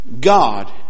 God